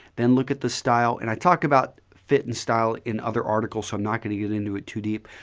then look at the style. and i talk about fit and style in other articles, so i'm not going to get into it too deep.